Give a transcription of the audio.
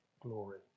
glory